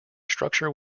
structure